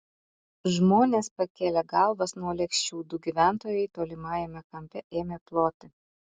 žmonės pakėlė galvas nuo lėkščių du gyventojai tolimajame kampe ėmė ploti